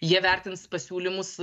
jie vertins pasiūlymus